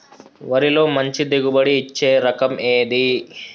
వరిలో మంచి దిగుబడి ఇచ్చే రకం ఏది?